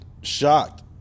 shocked